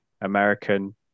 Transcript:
American